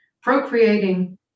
procreating